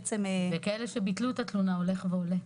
ומספר הפונים שביטלו את התלונה הולך וגדל לצערנו.